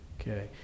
Okay